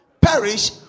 Perish